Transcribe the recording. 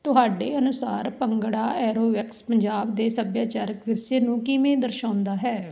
ਤੁਹਾਡੇ ਅਨੁਸਾਰ ਭੰਗੜਾ ਐਰੋਬਿਕਸ ਪੰਜਾਬ ਦੇ ਸੱਭਿਆਚਾਰਕ ਵਿਰਸੇ ਨੂੰ ਕਿਵੇਂ ਦਰਸਾਉਂਦਾ ਹੈ